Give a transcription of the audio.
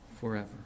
forever